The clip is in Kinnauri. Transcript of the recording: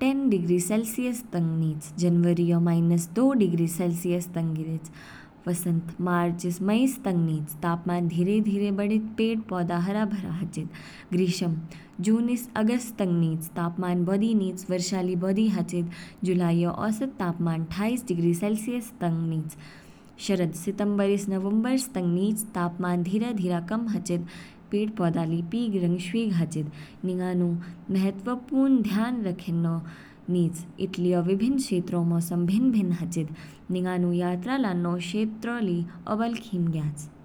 Tan degree Celsius तंग निच। जनवरीऔ माइनस दो डिग्री सेलसियस तंग गिरेच। वसंत, मार्च स मई तक निच, तापमान धीरे धीरे बढ़ेच, पेड़ पौधे हरे भरे हाचिद। ग्रीष्म, जून स अगस्त तंग निच, तापमान बौधि निच, वर्षा बौधि हाचिद, जुलाईऔ औसत तापमान अठाईस डिग्री सेलसियस तंग निच। शरद, सितंबर स नवंबर तंग निच, तापमान धीरे धीरे कम हाचिद पेड़ पौधे पीग रंग शवीग हाचिद। निंगानु महत्वपूर्ण ध्यान रखेन्नौ निच इटली ऊ विभिन्न क्षेत्रों मौसम भिन्न भिन्न हाचिद, निंगानु यात्रा लान्नौ क्षेत्रों ली औबल खिमग सया।